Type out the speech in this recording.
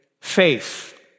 faith